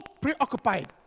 preoccupied